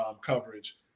coverage